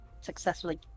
successfully